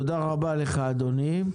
תודה רבה לך, אדוני.